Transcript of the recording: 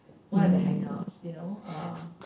one of their hangouts you know ah